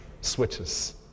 switches